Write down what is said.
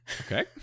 Okay